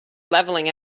leveling